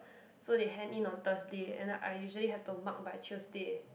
so they hand in on Thursday and I usually have to mark by Tuesday